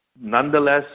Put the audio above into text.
Nonetheless